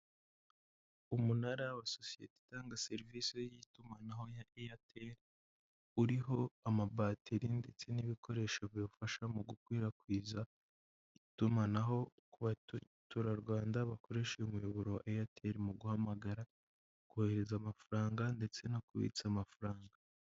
Umunara wa sosiyete itanga serivisi y'itumanaho ya Airtel, uriho amabateri ndetse n'ibikoresho biwufasha mu gukwirakwiza itumanaho ku baturarwanda bakoresha uyu umuyoboro wa Airtel mu guhamagara, kohereza amafaranga ndetse no kubitsa amafaranga.